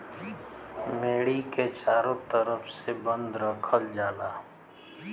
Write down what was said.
मेड़ी के चारों तरफ से बंद रखल जाला